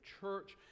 church